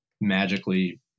magically